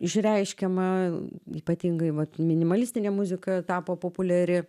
išreiškiama ypatingai vat minimalistinė muzika tapo populiari